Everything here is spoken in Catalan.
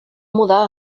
mudar